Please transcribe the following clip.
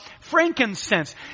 frankincense